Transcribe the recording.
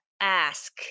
ask